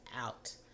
out